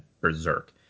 Berserk